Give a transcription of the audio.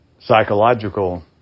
psychological